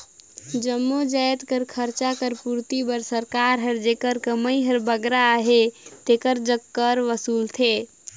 जम्मो जाएत कर खरचा कर पूरती बर सरकार हर जेकर कमई हर बगरा अहे तेकर जग कर वसूलथे